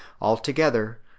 altogether